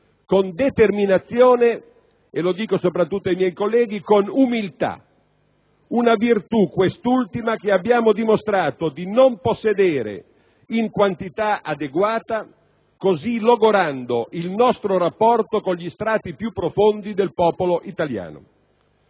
con determinazione e - lo dico soprattutto ai miei colleghi - con umiltà; una virtù, quest'ultima, che abbiamo dimostrato di non possedere in quantità adeguata, logorando così il nostro rapporto con gli strati più profondi del popolo italiano.